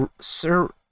Sir